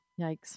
yikes